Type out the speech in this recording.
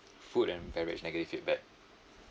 food and beverage negative feedback